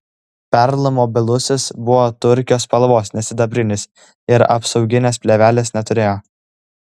perl mobilusis buvo turkio spalvos ne sidabrinis ir apsauginės plėvelės neturėjo